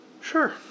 Sure